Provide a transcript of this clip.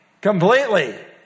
Completely